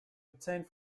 obtained